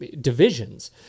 divisions